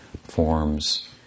forms